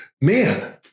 Man